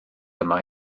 yma